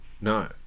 no